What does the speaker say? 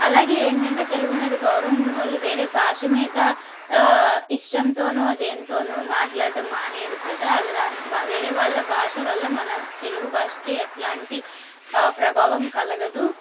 అలాగే ఏంటంటే తెలుగు మీద గౌరవం ఉన్నోళ్లు వేరే భాష మీద ఇష్టంతోనో దేంతోనో మాట్లాడడం మానేరు కదా అల దానికి వేరే వాళ్ళ భాష వల్ల మన తెలుగు భాషకి ఎట్లాంటి ప్రభావం కలగదు